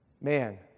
man